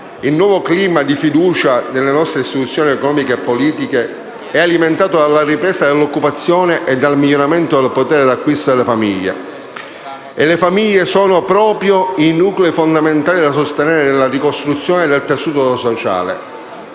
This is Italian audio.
Il nuovo clima di fiducia nelle nostre istituzioni economiche e politiche è alimentato dalla ripresa dell'occupazione e dal miglioramento del potere d'acquisto delle famiglie. Proprio queste ultime sono i nuclei fondamentali da sostenere nella ricostruzione del tessuto sociale: